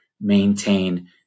maintain